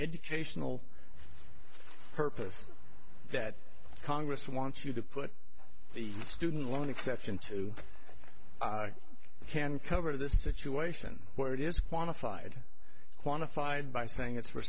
educational purpose that congress wants you to put the student loan exception to can cover this situation where it is quantified quantified by saying it's for